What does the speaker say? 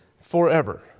forever